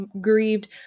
Grieved